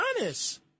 honest